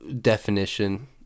definition